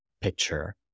picture